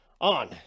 on